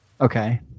Okay